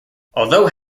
although